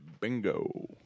Bingo